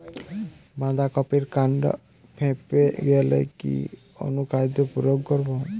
বাঁধা কপির কান্ড ফেঁপে গেলে কি অনুখাদ্য প্রয়োগ করব?